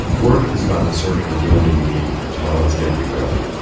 work is about the search for daily meaning, as well as daily bread,